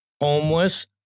homeless